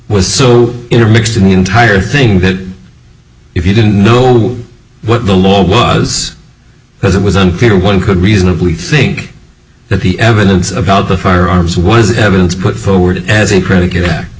was so intermixed in the entire thing that if he didn't know what the law was because it was unclear one could reasonably think that the evidence about the firearms was evidence put forward as a predi